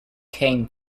came